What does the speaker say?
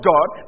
God